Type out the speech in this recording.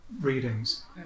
readings